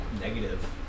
negative